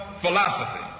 philosophy